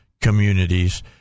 communities